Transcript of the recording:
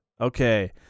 Okay